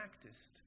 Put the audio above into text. practiced